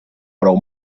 prou